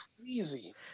Crazy